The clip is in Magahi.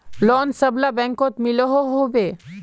लोन सबला बैंकोत मिलोहो होबे?